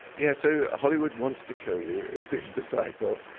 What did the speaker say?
yes, so hollywood wants to kill you is the title.